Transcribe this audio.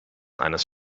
eines